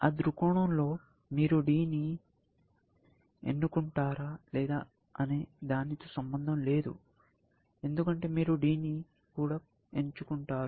ఆ దృక్కోణంలో మీరు D ని ఎన్నుకుంటారా లేదా అనే దానితో సంబంధం లేదు ఎందుకంటే మీరు E ని ఎంచుకుంటారు